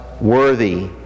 worthy